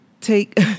Take